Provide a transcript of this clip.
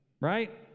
right